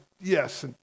yes